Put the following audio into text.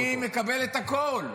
אני מקבל את הכול.